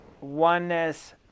oneness